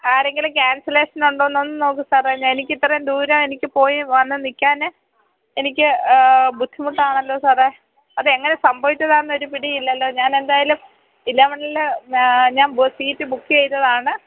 ആരെങ്കിലും ക്യാൻസലേഷൻ ഉണ്ടോന്ന് ഒന്ന് നോക്ക് സാറേ എനിക്ക് ഇത്രയും ദൂരം എനിക്ക് പോയി വന്ന് നില്ക്കാന് എനിക്ക് ബുദ്ധിമുട്ടാണല്ലോ സാറേ അതെങ്ങനെ സംഭവിച്ചതാണെന്ന് ഒരു പിടിയും ഇല്ലല്ലോ ഞാനെന്തായാലും ഇലവനില് ഞാൻ സീറ്റ് ബുക്കിയ്തതാണ്